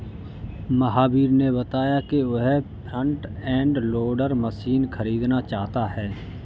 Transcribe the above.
महावीर ने बताया कि वह फ्रंट एंड लोडर मशीन खरीदना चाहता है